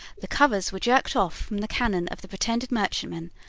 the covers were jerked off from the cannon of the pretended merchantmen,